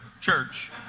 church